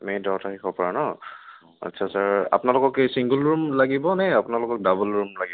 মে'ৰ দহ তাৰিখৰ পৰা ন আচ্ছা ছাৰ আপোনালোকক কি চিংগোল ৰুম লাগিবনে আপোনালোকক ডাবল ৰুম লাগিব